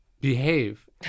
behave